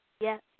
Yes